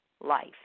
life